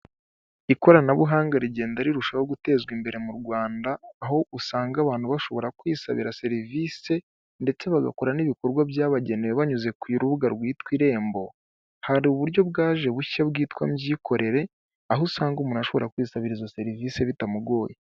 Ikoranabuhanga rigenda rirushaho gutezwa imbere mu Rwanda, aho usanga abantu bashobora kwisabira serivisi ndetse bagakora n'ibikorwa byabagenewe banyuze ku rubuga rwitwa irembo, hari uburyo bwaje bushya bwitwa mbyikorere aho usanga umuntu ashobora kwisabira izo serivisi bitamugoye.